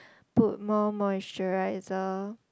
put more moisturiser